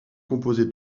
composée